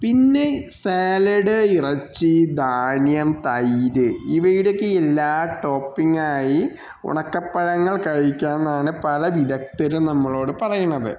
പിന്നെ സാലഡ് ഇറച്ചി ധാന്യം തൈര് ഇവയുടെ ഒക്കെ എല്ലാ ടോപ്പിങ്ങായി ഉണക്കപ്പഴങ്ങൾ കഴിക്കാനാണ് പല വിദഗ്ധരും നമ്മളോട് പറയുന്നത്